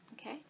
okay